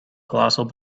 colossal